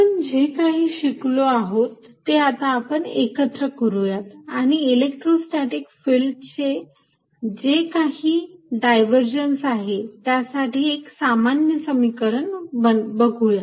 आपण जे काही शिकलो आहोत ते आता आपण एकत्र करूयात आणि इलेक्ट्रोस्टॅटीक फिल्ड चे जे काही डायव्हर्जन्स आहे त्यासाठी एक सामान्य समीकरण बघुयात